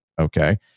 Okay